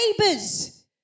neighbors